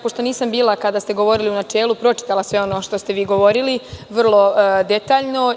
Pošto nisam bila prisutna kada ste govorili u načelu, pročitala sam ono što ste govorili vrlo detaljno.